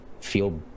feel